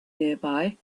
nearby